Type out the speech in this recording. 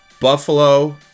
Buffalo